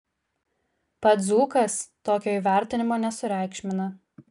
pats dzūkas tokio įvertinimo nesureikšmina